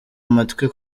amatwi